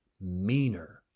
meaner